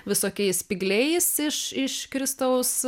visokiais spygliais iš iš kristaus